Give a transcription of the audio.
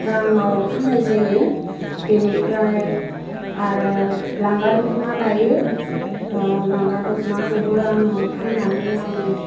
राङाव फान्नाय जायो बेनिफ्राय आरो लांगा दख'ना दायो लांगा दख'नाखौबो आङो फान्नानै आं